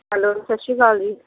hello ਸਤਿ ਸ਼੍ਰੀ ਅਕਾਲ ਜੀ